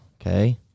okay